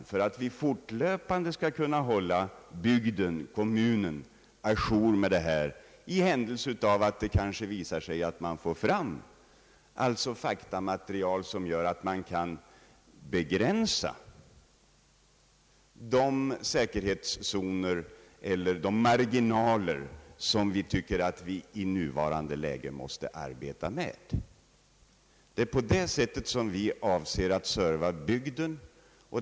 Vi avser att fortlöpande hålla bygden, kommunen, å jour med detta. Vi kanske får fram faktamaterial som gör det möjligt att begränsa säkerhetszonerna, alltså de marginaler, som vi i nuvarande läge anser att vi måste arbeta med.